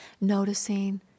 noticing